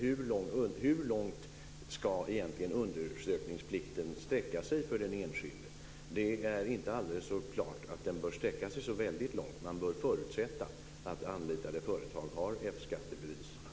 Hur långt ska egentligen undersökningsplikten sträcka sig för den enskilde? Det är inte alldeles klart att den bör sträcka sig så väldigt långt. Man bör förutsätta att anlitade företag har F-skattebevis.